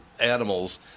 animals